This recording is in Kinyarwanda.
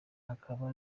akaba